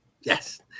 Yes